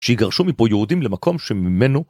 שיגרשו מפה יהודים למקום שממנו